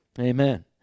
Amen